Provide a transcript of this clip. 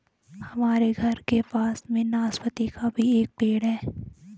हमारे घर के पास में नाशपती का भी एक पेड़ है